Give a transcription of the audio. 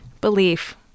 Belief